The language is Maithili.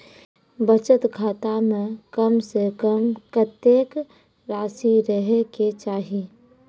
बचत खाता म कम से कम कत्तेक रासि रहे के चाहि?